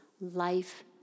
life